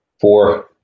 four